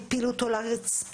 הפילו אותו לרצפה,